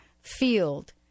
field